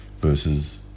versus